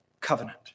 covenant